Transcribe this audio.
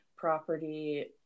property